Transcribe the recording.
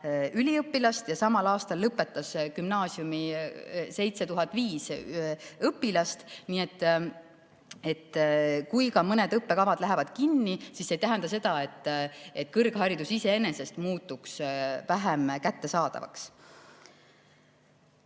üliõpilast ja samal aastal lõpetas gümnaasiumi 7005 õpilast. Kui ka mõned õppekavad lähevad kinni, siis see ei tähenda, et kõrgharidus iseenesest muutuks vähem kättesaadavaks.